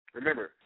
Remember